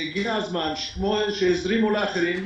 הגיע הזמן כמו שהזרימו לאחרים,